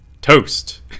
toast